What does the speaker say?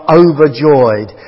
overjoyed